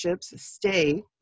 stay